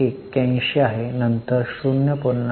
81 नंतर 0